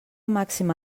màxima